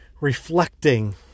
reflecting